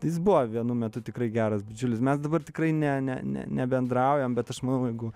jis buvo vienu metu tikrai geras bičiulis mes dabar tikrai ne ne ne nebendraujam bet aš manau jeigu